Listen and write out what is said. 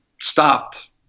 stopped